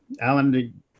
Alan